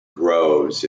groves